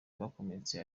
bakomeretse